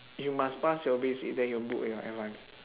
you must pass your basic then you book your advance